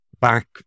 back